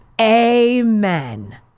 Amen